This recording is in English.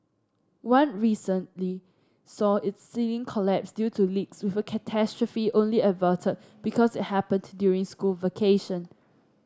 one recently saw its ceiling collapse due to leaks with a catastrophe only averted because it happened to during school vacation